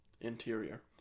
interior